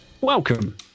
welcome